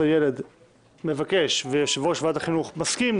הילד מבקש ויושב-ראש ועדת החינוך מסכים,